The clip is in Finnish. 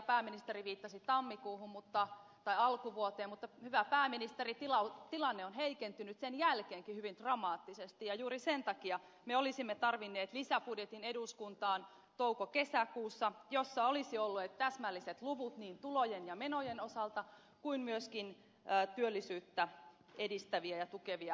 pääministeri viittasi alkuvuoteen mutta hyvä pääministeri tilanne on heikentynyt sen jälkeenkin hyvin dramaattisesti ja juuri sen takia me olisimme tarvinneet toukokesäkuussa eduskuntaan lisäbudjetin jossa olisi ollut täsmälliset luvut niin tulojen ja menojen osalta kuin myöskin työllisyyttä edistäviä ja tukevia lisätoimia